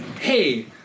hey